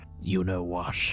you-know-what